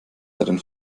darin